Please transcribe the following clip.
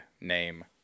name